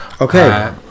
Okay